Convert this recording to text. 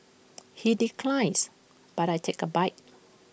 he declines but I take A bite